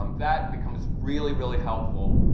um that becomes really really helpful,